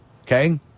okay